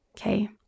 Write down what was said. Okay